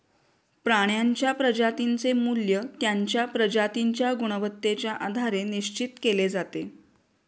प्राण्यांच्या प्रजातींचे मूल्य त्यांच्या प्रजातींच्या गुणवत्तेच्या आधारे निश्चित केले जाते